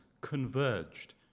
converged